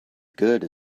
good